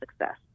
success